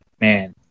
man